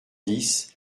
dix